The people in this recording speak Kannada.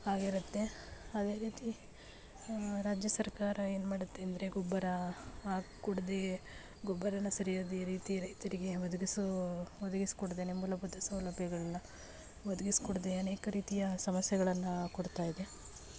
ಆಗಿರುತ್ತೆ ಅದೇ ರೀತಿ ರಾಜ್ಯ ಸರ್ಕಾರ ಏನು ಮಾಡುತ್ತೆ ಅಂದರೆ ಗೊಬ್ಬರ ಕೊಡದೇ ಗೊಬ್ಬರನ ಸರಿಯಾದ ರೀತಿ ರೈತರಿಗೆ ಒದಗಿಸೋ ಒದಗಿಸ್ಕೊಡದೇನೆ ಮೂಲಭೂತ ಸೌಲಭ್ಯಗಳನ್ನ ಒದಗಿಸ್ಕೊಡದೇ ಅನೇಕ ರೀತಿಯ ಸಮಸ್ಯೆಗಳನ್ನು ಕೊಡ್ತಾಯಿದೆ